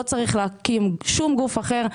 לא צריך להקים שום גוף אחר.